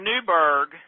Newberg